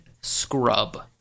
scrub